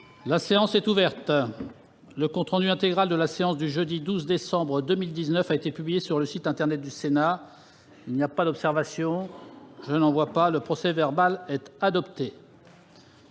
La séance est ouverte. Le compte rendu intégral de la séance du jeudi 12 décembre 2019 a été publié sur le site internet du Sénat. Il n'y a pas d'observation ?... Le procès-verbal est adopté.